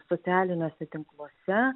socialiniuose tinkluose